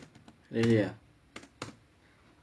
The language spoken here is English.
ya